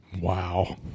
Wow